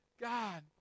God